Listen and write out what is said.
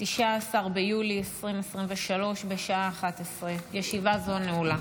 19 ביולי 2023, בשעה 11:00. ישיבה זו נעולה.